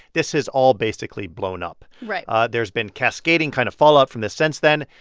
this has all basically blown up right there's been cascading kind of fallout from this since then.